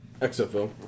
XFL